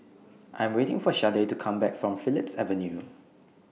I Am waiting For Shardae to Come Back from Phillips Avenue